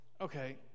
okay